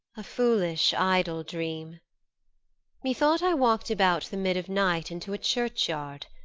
a foolish idle dream methought i walked about the mid of night into a churchyard,